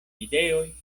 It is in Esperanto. ideoj